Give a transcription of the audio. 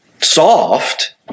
soft